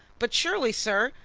but surely, sir,